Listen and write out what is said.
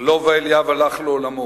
לובה אליאב הלך לעולמו,